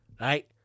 right